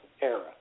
era